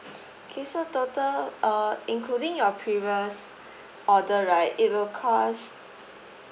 okay so total uh including your previous order right it will cost